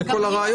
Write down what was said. זה כל הרעיון.